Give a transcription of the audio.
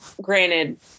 granted